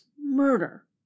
murder